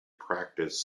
practice